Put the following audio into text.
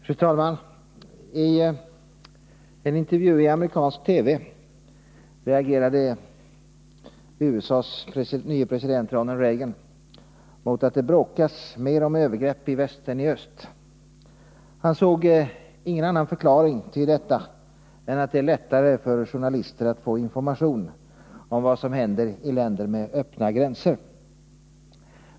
Fru talman! I en intervju i amerikansk TV reagerade USA:s nye president Ronald Reagan mot att det bråkas mer om övergrepp i väst än i öst. Han såg ingen annan förklaring till detta än att det är lättare för journalister att få information om vad som händer i länder med öppna gränser.